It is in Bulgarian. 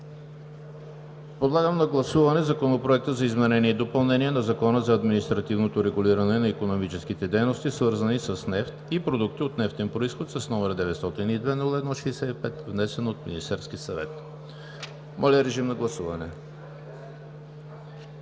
Преминаваме към гласуване на Законопроект за изменение и допълнение на Закона за административното регулиране на икономическите дейности, свързани с нефт и продукти от нефтен произход, № 902-01-65, внесен от Министерския съвет. Гласували